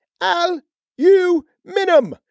Al-U-Minum